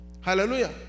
Hallelujah